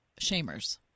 shamers